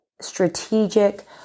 Strategic